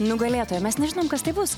nugalėtoją mes nežinom kas tai bus